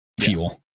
fuel